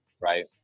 right